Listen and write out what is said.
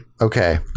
Okay